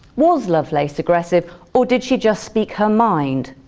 was lovelace aggressive or did she just speak her mind?